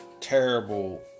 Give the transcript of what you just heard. terrible